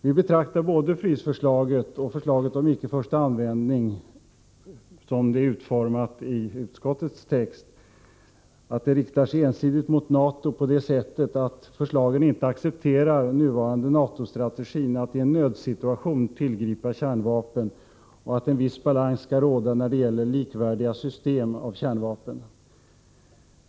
Vi anser att både frysförslaget och förslaget om icke-förstaanvändning, såsom de är utformade i utskottets text, ensidigt riktar sig mot NATO på det sättet att förslagen inte accepterar den nuvarande NATO-strategin att i en nödsituation tillgripa kärnvapen och att en viss balans skall råda när det gäller likvärdiga system av kärnvapen.